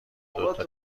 دوتا